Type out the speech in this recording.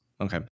okay